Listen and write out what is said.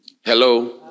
Hello